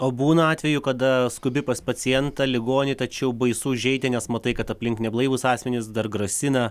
o būna atvejų kada skubi pas pacientą ligonį tačiau baisu užeiti nes matai kad aplink neblaivūs asmenys dar grasina